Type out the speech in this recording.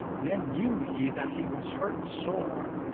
then knew he that he was hurt sore,